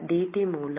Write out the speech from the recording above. dT மூலம் dx